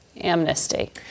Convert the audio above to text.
amnesty